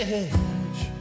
edge